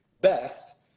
best